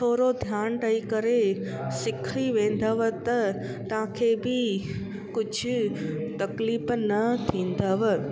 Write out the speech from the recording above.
थोरो ध्यानु ॾेई करे सिखी वेंदव त तव्हांखे बि कुझु तकलीफ़ न थींदव